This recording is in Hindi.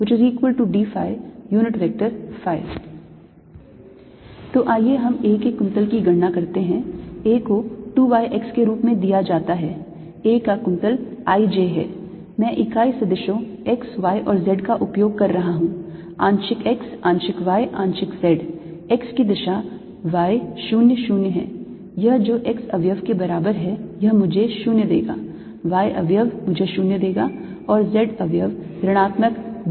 dldxxdyydϕ तो आइए हम A के कुंतल की गणना करते हैं A को 2 y x के रूप में दिया जाता है A का कुंतल i j है मैं इकाई सदिशों x y और z का उपयोग कर रहा हूं आंशिक x आंशिक y आंशिक z x की दिशा y 0 0 है यह जो x अवयव के बराबर है यह मुझे 0 देगा y अवयव मुझे 0 देगा और z अवयव ऋणात्मक 2 है